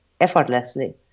effortlessly